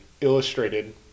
illustrated